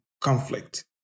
conflict